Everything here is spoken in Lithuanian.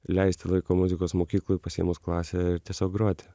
leisti laiko muzikos mokykloj pasiėmus klasę ir tiesiog groti